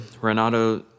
Renato